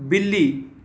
ਬਿੱਲੀ